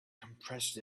compressed